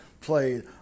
played